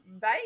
bye